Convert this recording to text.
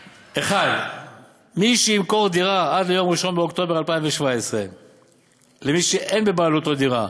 1. מי שימכור דירה עד יום 1 באוקטובר 2017 למי שאין בבעלותו דירה,